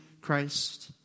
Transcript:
Christ